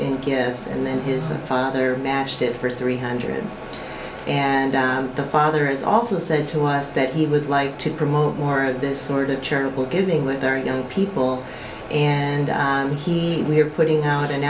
in gifts and then his father matched it for three hundred and the father has also said to us that he would like to promote more of this sort of charitable giving with very young people and he we're putting out an